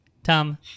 Tom